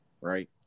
right